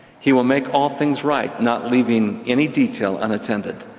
he will make all things right, not leaving any detail unattended.